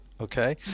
Okay